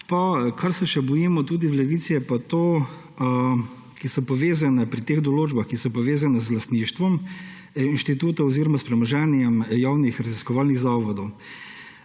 Česar se še bojimo tudi v Levici, je pa to pri teh določbah, ki so pa povezane z lastništvom inštituta oziroma s premoženjem javnih raziskovalnih zavodov.